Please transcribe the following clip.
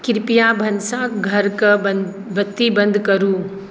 कृपया भनसाघरक बत्ती बन्द करू